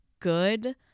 good